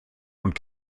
und